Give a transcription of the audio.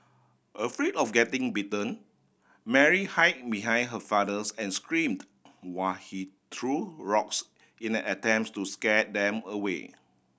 afraid of getting bitten Mary hid behind her fathers and screamed while he threw rocks in an attempts to scare them away